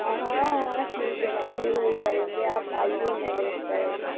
ہاں ہاں ٹھیک ہے بھائی نہیں وہ کریں گے آپ آئیے میں ویٹ کر رہی ہوں